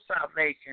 salvation